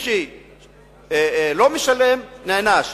מי שלא משלם, נענש.